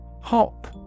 Hop